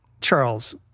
Charles